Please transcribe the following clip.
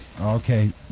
Okay